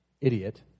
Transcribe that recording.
idiot